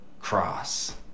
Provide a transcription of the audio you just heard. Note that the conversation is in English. cross